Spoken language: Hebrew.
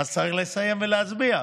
אז צריך לסיים ולהצביע,